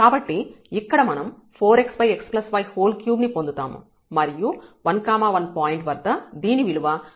కాబట్టి ఇక్కడ మనం 4xx y3 ని పొందుతాము మరియు 1 1 పాయింట్ వద్ద దీని విలువ 12 అవుతుంది